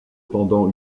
pendant